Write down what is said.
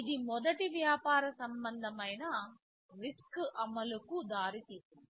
ఇది మొదటి వ్యాపార సంబంధమైన RISC అమలుకు దారితీసింది